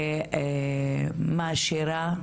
ומעשירה.